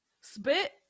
spit